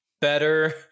Better